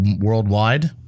worldwide